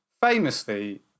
famously